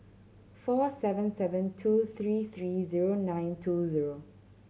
four seven seven two three three zero nine two zero